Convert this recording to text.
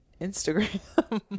Instagram